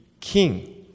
King